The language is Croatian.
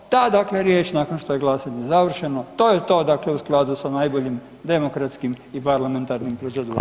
Ta dakle riječ nakon što je glasanje završeno to je to dakle u skladu sa najboljim demokratskim i parlamentarnim procedurama.